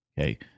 Okay